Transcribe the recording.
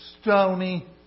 stony